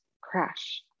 crash